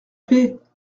paix